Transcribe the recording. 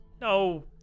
No